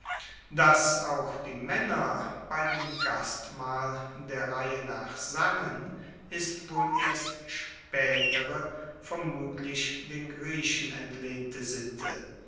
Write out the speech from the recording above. dass auch die maenner bei dem gastmahl der reihe nach sangen ist wohl erst spaetere vermutlich den griechen entlehnte sitte